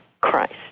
Christ